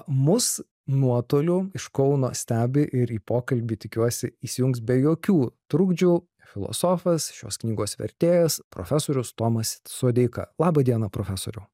mus nuotoliu iš kauno stebi ir į pokalbį tikiuosi įsijungs be jokių trukdžių filosofas šios knygos vertėjas profesorius tomas sodeika laba diena profesoriau